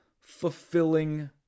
fulfilling